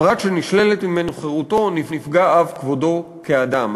הפרט שנשללת ממנו חירותו, נפגע אף כבודו כאדם.